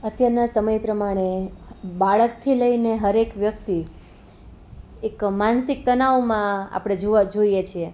અત્યારના સમય પ્રમાણે બાળકથી લઈને દરેક વ્યક્તિ એક માનસિક તણાવમાં આપણે જોઈએ છીએ